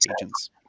agents